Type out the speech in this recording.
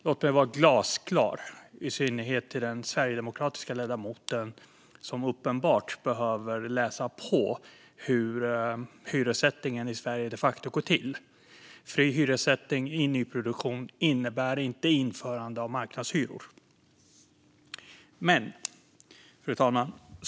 Låt mig vara glasklar, och jag vänder mig då i synnerhet till den sverigedemokratiska ledamoten som uppenbart behöver läsa på hur hyressättningen i Sverige de facto går till. Fri hyressättning i nyproduktion innebär inte införande av marknadshyror. Fru talman!